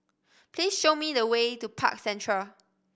please show me the way to Park Central